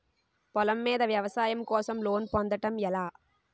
పొలం మీద వ్యవసాయం కోసం లోన్ పొందటం ఎలా?